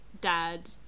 Dad